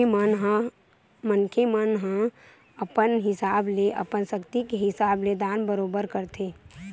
मनखे मन ह अपन अपन हिसाब ले अपन सक्ति के हिसाब ले दान बरोबर करथे